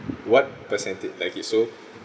what percentage like you so